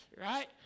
right